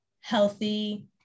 healthy